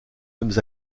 mêmes